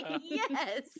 Yes